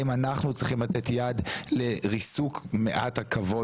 האם אנחנו צריכים לתת יד לריסוק מעט הכבוד